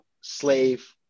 slave